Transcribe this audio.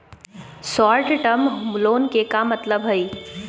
Short term loan के का मतलब हई?